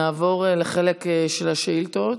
נעבור לחלק של השאילתות.